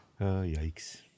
yikes